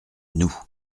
nous